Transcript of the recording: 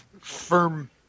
firm